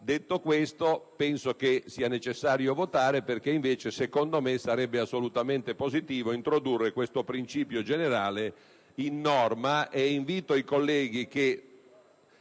Detto questo, penso sia necessario votare perché invece, secondo me, sarebbe assolutamente positivo introdurre questo principio generale in norma e invito i colleghi, che